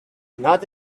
not